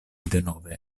denove